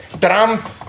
Trump